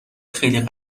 خیلی